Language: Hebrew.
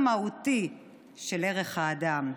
על השוויון המהותי של ערך האדם.